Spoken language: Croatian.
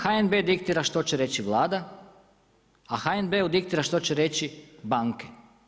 HNB diktira što će reći Vlada, a HNB-u diktira što će reći banke.